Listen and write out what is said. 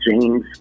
James